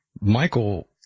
Michael